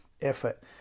effort